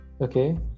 Okay